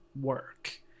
work